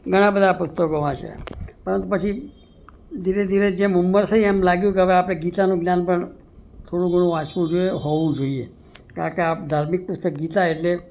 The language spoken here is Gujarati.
ઘણા બધા પુસ્તકો વાંચ્યા પણ પછી ધીરે ધીરે જેમ ઉંમર થઇ તેમ લાગ્યું કે હવે આપણે ગીતાનું જ્ઞાન વાંચવું જોઈએ હોવું જોઈએ કારણકે આ ધાર્મિક પુસ્તક ગીતા એટલે